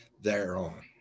thereon